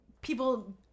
people